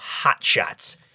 hotshots